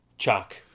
Chuck